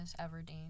everdeen